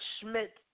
Schmidt